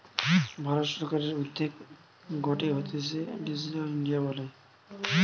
ভারত সরকারের উদ্যোগ গটে হতিছে ডিজিটাল ইন্ডিয়া বলে